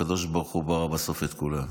הקדוש ברוך הוא ברא בסוף את כולם.